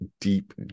deep